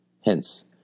Hence